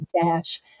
dash